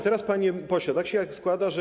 teraz, panie pośle, tak się składa, że.